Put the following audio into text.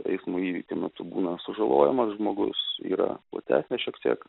eismo įvykių metu būna sužalojamas žmogus yra platesnės ir šiek tiek